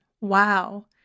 Wow